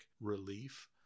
relief